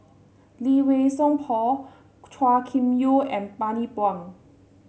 Lee Wei Song Paul Chua Kim Yeow and Bani Buang